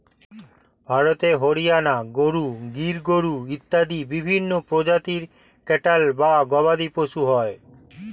ভারতে হরিয়ানা গরু, গির গরু ইত্যাদি বিভিন্ন প্রজাতির ক্যাটল বা গবাদিপশু হয়